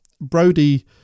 Brody